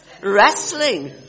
Wrestling